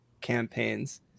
campaigns